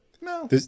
No